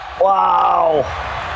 Wow